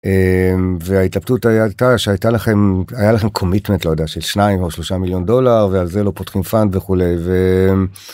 וההתלבטות הייתה שהייתה לכם היה לכם קומיטנט לא יודע של 2 או 3 מיליון דולר ועל זה לא פותחים פאנד וכולי.